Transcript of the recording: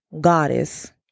goddess